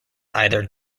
either